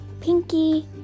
Pinky